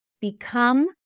become